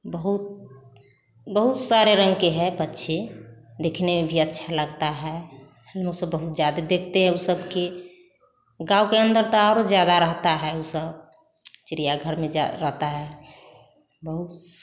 बहुत बहुत सारे रंग के हैं पक्षी देखने में भी अच्छा लगता है यहाँ सब बहुत ज़्यादा देखते हैं उस सब के गाँव के अन्दर तो और जगह रहता है वह सब चिड़ियाघर में जगह रहता है बहुत